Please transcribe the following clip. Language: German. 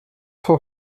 vor